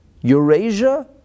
Eurasia